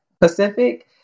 Pacific